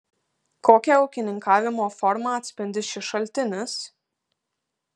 kokią ūkininkavimo formą atspindi šis šaltinis